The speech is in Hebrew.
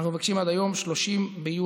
אנחנו מבקשים עד יום 30 ביוני